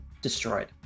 Destroyed